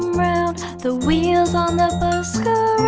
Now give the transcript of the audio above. round the wheels on the bus go